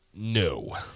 No